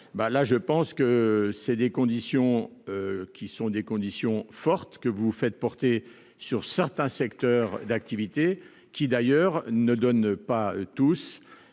là, je pense que c'est des conditions qui sont des conditions fortes que vous faites porter sur certains secteurs d'activité qui d'ailleurs ne donne pas tous,